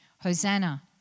Hosanna